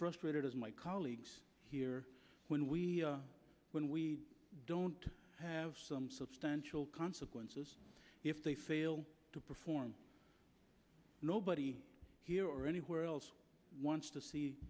frustrated as my colleagues here when we when we don't have some substantial consequences if they fail to perform nobody here or anywhere else wants to see